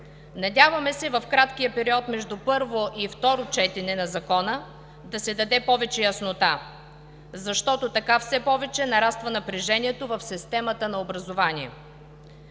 Надяваме се, в краткия период между първо и второ четене на Закона да се даде повече яснота, защото така все повече нараства напрежението в системата на образованието.